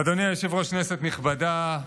אדוני היושב-ראש, כנסת נכבדה,